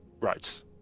Right